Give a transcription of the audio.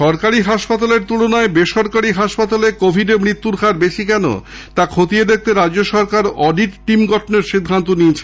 সরকারি হাসপাতালের তুলনায় বেসরকারি হাসপাতালে কোভিডে মৃত্যুর হার বেশি কেন খতিয়ে দেখতে রাজ্য সরকার অডিট টিম গঠনের সিদ্ধান্ত নিয়েছে